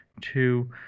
Two